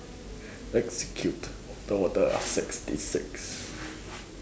execute order sixty six